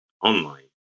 online